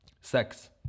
Sex